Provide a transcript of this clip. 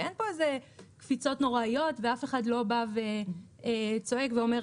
ואין פה איזה קפיצות נוראיות ואף אחד לא בא וצועק ואומר,